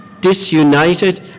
disunited